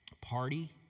party